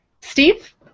Steve